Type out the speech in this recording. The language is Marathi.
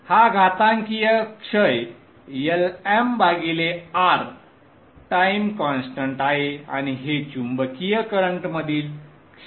हा घातांकीय क्षय LmR टाइम कॉन्स्टन्ट आहे आणि हे चुंबकीय करंटमधील क्षयामुळे होते